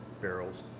barrels